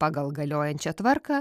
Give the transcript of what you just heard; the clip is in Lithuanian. pagal galiojančią tvarką